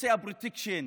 נושא הפרוטקשן,